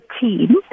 team